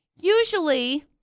usually